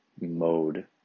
mode